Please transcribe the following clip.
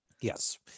Yes